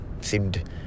seemed